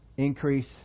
Increase